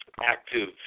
active